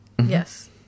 yes